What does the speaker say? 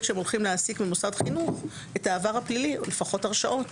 שהולכים להעסיק ממוסד חינוך את העבר הפלילי לפחות הרשעיות,